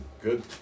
good